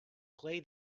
play